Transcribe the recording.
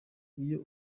iyo